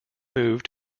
moved